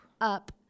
up